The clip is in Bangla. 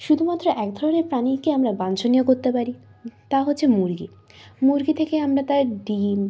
শুধুমাত্র এক ধরনের প্রাণীকে আমরা বাঞ্ছনীয় করতে পারি তা হচ্ছে মুরগি মুরগি থেকে আমরা তার ডিম